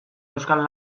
euskal